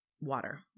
water